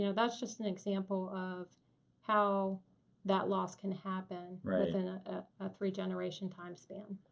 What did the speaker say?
you know that's just an example of how that loss can happen within a three-generation time span.